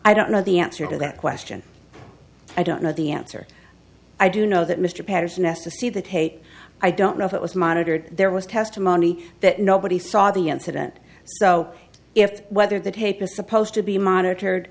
i don't know the answer to that question i don't know the answer i do know that mr patterson as to see the tape i don't know if it was monitored there was testimony that nobody saw the incident so if whether the tape was supposed to be monitored